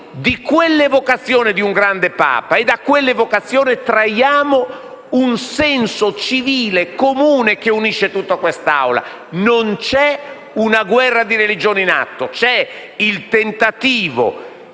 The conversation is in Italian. da quell'evocazione di un grande Papa traiamo un senso civile comune che unisce tutta quest'Aula. Non c'è una guerra di religione in atto, c'è il tentativo